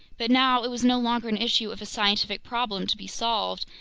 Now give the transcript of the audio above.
but now it was no longer an issue of a scientific problem to be solved,